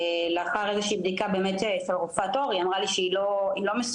לאחר בדיקה מסוימת אצל רופאת עור היא אמרה לי שהיא לא מסוכנת,